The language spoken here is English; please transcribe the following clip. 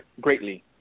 greatly